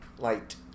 Light